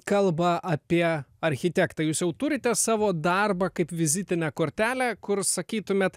kalba apie architektą jūs jau turite savo darbą kaip vizitinę kortelę kur sakytumėt